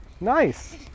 Nice